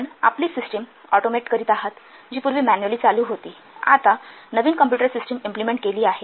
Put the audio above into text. आपण आपली system automate करीत आहात जी पूर्वी मॅनुअल्ली चालू होती आता नवीन कॉम्प्युटर सिस्टिम इम्पलिमेन्ट केली आहे